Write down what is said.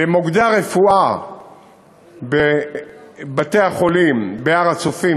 למוקדי הרפואה בבתי-החולים בהר-הצופים